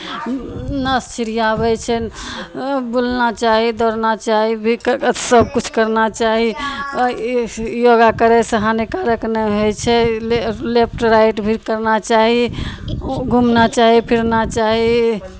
नस छिड़याबै छै बुलना चाही दौड़ना चाही बिक सभकिछु करना चाही योगा करयसँ हानिकारक नहि होइ छै ले लेफ्ट राइट भी करना चाही घूमना चाही फिरना चाही